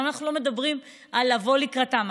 למה אנחנו לא מדברים על לבוא לקראתם?